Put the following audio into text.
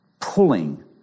pulling